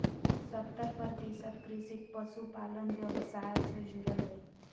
सत्तर प्रतिशत कृषक पशुपालन व्यवसाय से जुरल हइ